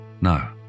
No